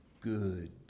good